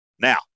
Now